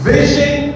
Vision